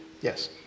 Yes